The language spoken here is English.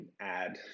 add